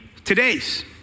todays